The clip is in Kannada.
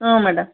ಹ್ಞೂ ಮೇಡಮ್